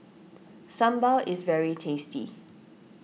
Sambal is very tasty